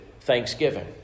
thanksgiving